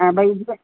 हा भई ॾिसु